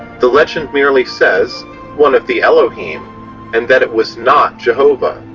the legend merely says one of the elohim and that it was not jehovah.